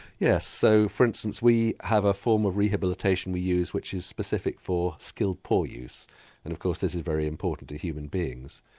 yes, so for instance we have a form of rehabilitation we use which is specific for skilled paw use and of course this is very important to human beings.